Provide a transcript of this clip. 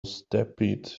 stampede